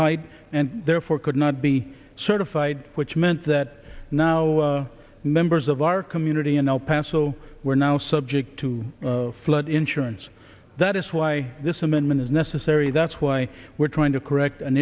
height and therefore could not be certified which meant that now members of our community in el paso were now subject to flood insurance that is why this amendment is necessary that's why we're trying to correct an